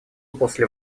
после